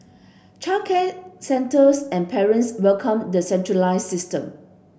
childcare centres and parents welcomed the centralised system